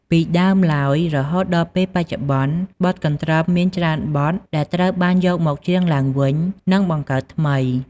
ពីដើមឡើយ រហូតដល់ពេលបច្ចុប្បន្ន បទកន្ទ្រឹមមានច្រើនបទដែលត្រូវបានយកមកច្រៀងឡើងវិញ និងបង្កើតថ្មី។